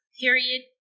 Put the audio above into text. period